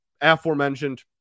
aforementioned